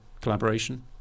collaboration